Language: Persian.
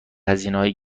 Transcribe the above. هزینههای